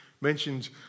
mentioned